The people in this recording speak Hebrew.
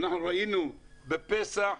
ראינו בפסח,